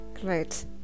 Great